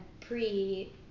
pre